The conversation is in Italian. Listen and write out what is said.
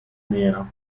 nera